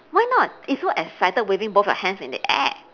why not he's so excited waving both his hands in the air